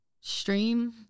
stream